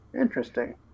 Interesting